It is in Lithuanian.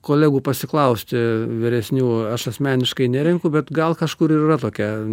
kolegų pasiklausti vyresnių aš asmeniškai nerenku bet gal kažkur ir yra tokia